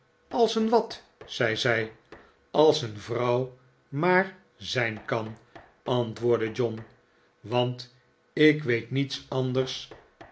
als een wat zei zij als een vrouw maar zijn kan antwoordde john want ik weet niets anders